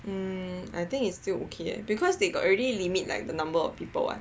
mm I think it's still okay eh because they got already limit like the number of people [what]